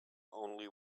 only